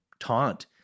taunt